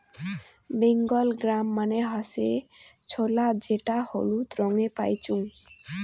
Bengal gram মানে হসে ছোলা যেটা হলুদ রঙে পাইচুঙ